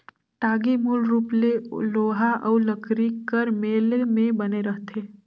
टागी मूल रूप ले लोहा अउ लकरी कर मेल मे बने रहथे